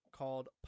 Called